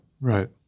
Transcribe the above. Right